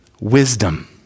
wisdom